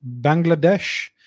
Bangladesh